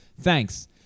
Thanks